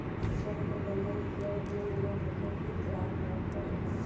जल प्रबंधन केय दिन में होखे कि दरार न परेला?